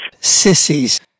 sissies